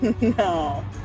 no